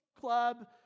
club